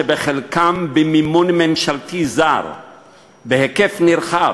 שחלקם פועלים במימון ממשלות זרות בהיקף נרחב,